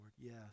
yes